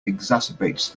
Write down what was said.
exacerbates